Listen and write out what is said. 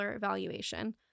valuation